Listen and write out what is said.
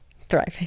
Thriving